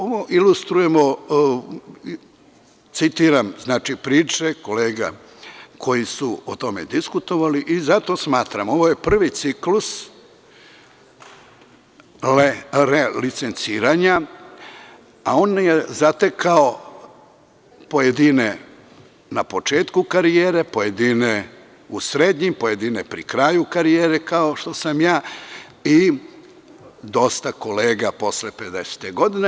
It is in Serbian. Ovo ilustrujemo, citiram priče kolega koji su o tome diskutovali i zato smatram, ovo je prvi ciklus relicenciranja, a on je zatekao pojedine na početku karijere, pojedine u srednjim, pojedine pri kraju karijere, kao što sam ja i dosta kolega posle 50 godine.